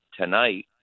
tonight